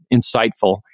insightful